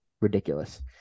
Ridiculous